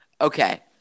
Okay